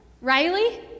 Riley